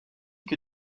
que